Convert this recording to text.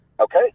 okay